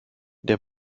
der